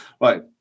right